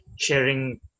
sharing